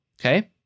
Okay